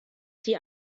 die